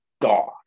God